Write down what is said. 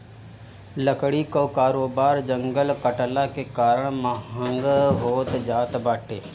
लकड़ी कअ कारोबार जंगल कटला के कारण महँग होत जात बाटे